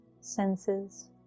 senses